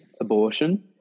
abortion